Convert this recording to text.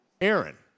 Aaron